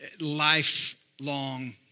lifelong